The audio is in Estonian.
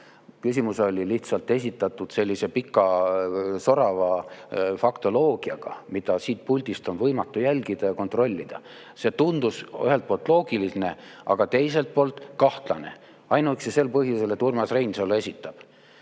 Küsimus oli lihtsalt esitatud sellise pika sorava faktoloogiaga, mida siit puldist on võimatu jälgida ja kontrollida. See tundus ühelt poolt loogiline, aga teiselt poolt kahtlane, ainuüksi sel põhjusel, et Urmas Reinsalu esitab.